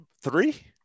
Three